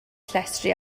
llestri